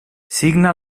signa